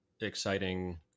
exciting